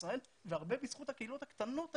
ישראל והרבה בזכות הקהילות הקטנות היהודיות.